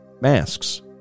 masks